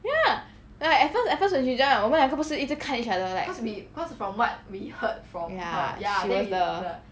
ya then at first at first when she joined right 我们两个不是一直看 each other right ya she was the